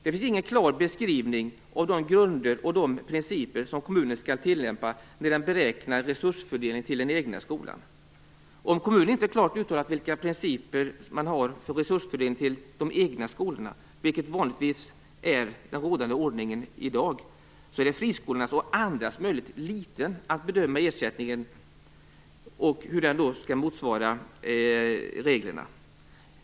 Det finns ingen klar beskrivning av de grunder och de principer som kommunen skall tillämpa när den beräknar resurstilldelningen till den egna skolan. Om kommunen inte klart uttalat vilka principer man har för resurstilldelning till de egna skolorna, vilket vanligtvis är den rådande ordningen i dag, är friskolornas och andras möjligheter att bedöma ersättningen och hur den skall motsvara reglerna liten.